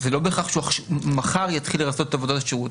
זה לא בהכרח שמחר הוא יתחיל לרצות את עבודות השירות.